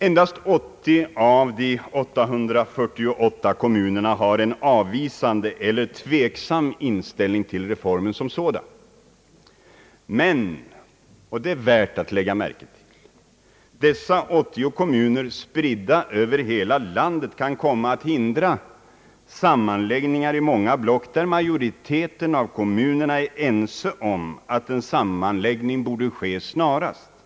Endast 80 av de 848 kommunerna har en avvisande eller tveksam inställning till reformen som sådan, men — det är av vikt att lägga märke till — dessa 80 kommuner spridda över hela landet kan komma att hindra sammanläggningar i många block, där majoriteten av kommunerna är ense om att en sådan bör ske snarast möjligt.